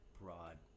broad